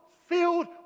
filled